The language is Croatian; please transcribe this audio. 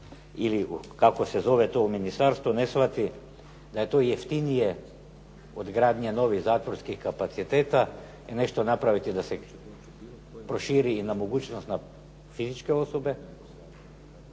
ili kako se zove to u ministarstvu ne shvati da je to jeftinije od gradnje novih zatvorskih kapaciteta i nešto napraviti da se proširi i na mogućnost na fizičke osobe